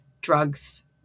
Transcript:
drugs